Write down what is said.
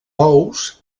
ous